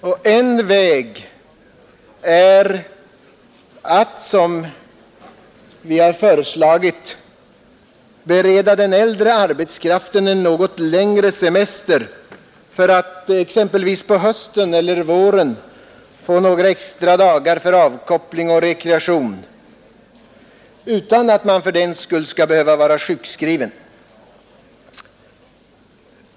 Och en väg är att, som vi har föreslagit, bereda den äldre arbetskraften en något längre semester så att den exempelvis på hösten eller våren får några extra dagar för avkoppling och rekreation — utan att vederbörande fördenskull behöver vara sjukskriven.